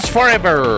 Forever